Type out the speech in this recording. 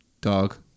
dog